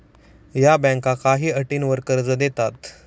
या बँका काही अटींवर कर्ज देतात